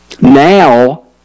Now